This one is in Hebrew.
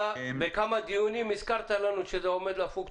בכמה דיונים הזכרת לנו שזה עומד לפוג.